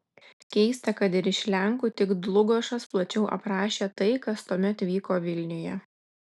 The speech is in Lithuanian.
keista kad ir iš lenkų tik dlugošas plačiau aprašė tai kas tuomet vyko vilniuje